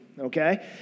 okay